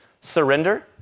surrender